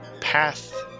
path